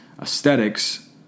aesthetics